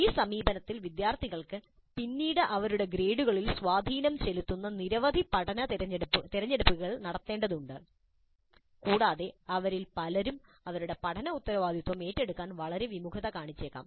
ഈ സമീപനത്തിൽ വിദ്യാർത്ഥികൾക്ക് പിന്നീട് അവരുടെ ഗ്രേഡുകളിൽ സ്വാധീനം ചെലുത്തുന്ന നിരവധി തിരഞ്ഞെടുപ്പുകൾ നടത്തേണ്ടതുണ്ട് കൂടാതെ അവരിൽ പലരും അവരുടെ പഠനത്തിന്റെ ഉത്തരവാദിത്തം ഏറ്റെടുക്കാൻ വളരെ വിമുഖത കാണിച്ചേക്കാം